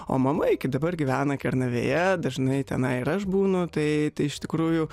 o mama iki dabar gyvena kernavėje dažnai tenai ir aš būnu tai tai iš tikrųjų